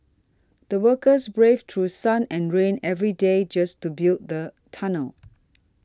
the workers braved through sun and rain every day just to build the tunnel